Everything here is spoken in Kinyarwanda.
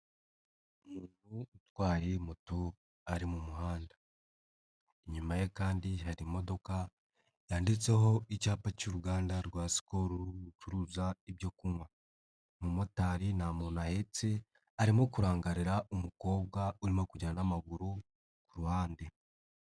Umuntu utwaye moto ari mu muhanda, inyuma ye kandi hari imodoka, yanditseho icyapa cy'uruganda rwa skol rucuruza ibyo kunywa, umumotari nta muntu ahetse, arimo kurangarira umukobwa urimo kujyenda n'amaguru ku ruhande.